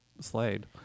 Slade